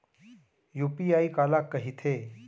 UPI काला कहिथे?